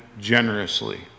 generously